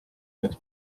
peaks